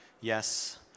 yes